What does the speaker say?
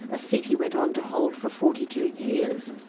a seat he went on to hold for forty two years.